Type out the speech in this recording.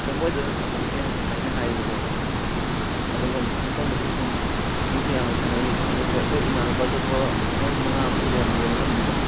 ꯃꯣꯏꯗꯨꯗ ꯁꯥꯟꯅꯕꯈꯩꯅ ꯌꯥꯝ ꯅꯨꯡꯉꯥꯏꯑꯅ ꯍꯥꯏꯌꯦꯕꯀꯣ ꯑꯗꯨꯒ ꯃꯐꯝꯗꯨꯁꯨ ꯁꯨꯝ ꯃꯤꯁꯨ ꯌꯥꯝꯅ ꯁꯥꯟꯅꯩ ꯑꯗꯨꯒ ꯑꯩꯈꯣꯏ ꯏꯃꯥꯟꯅꯕ ꯑꯇꯣꯞꯄ ꯃꯣꯏ ꯃꯉꯥ ꯑꯃꯁꯨ ꯂꯩꯔꯝꯅꯦꯕ ꯃꯐꯝꯗꯨꯗ